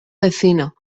vecino